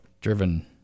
driven